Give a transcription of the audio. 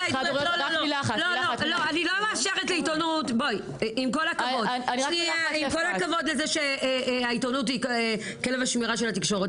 עם כל הכבוד לזה שהעיתונות היא כלב השמירה של התקשורת,